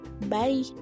bye